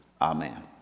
Amen